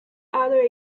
other